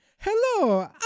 Hello